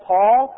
Paul